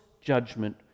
judgment